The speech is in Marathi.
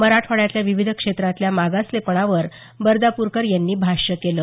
मराठवाड्यातल्या विविध क्षेत्रातल्या मागासलेपणावर बर्दापूरकर यांनी भाष्य केलं